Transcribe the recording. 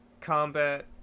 combat